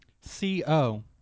C-O